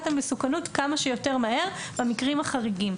המסוכנות כמה שיותר מהר במקרים החריגים,